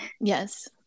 Yes